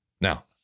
Now